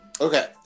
Okay